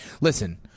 Listen